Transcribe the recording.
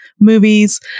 movies